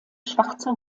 schwarzer